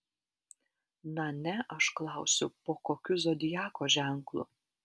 na ne aš klausiu po kokiu zodiako ženklu